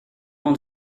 ond